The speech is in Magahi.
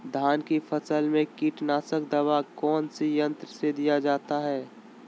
धान की फसल में कीटनाशक दवा कौन सी यंत्र से दिया जाता है?